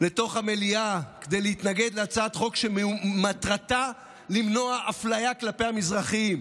לתוך המליאה כדי להתנגד להצעת חוק שמטרתה למנוע אפליה כלפי המזרחים.